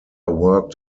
worked